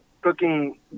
cooking